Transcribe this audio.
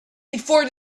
before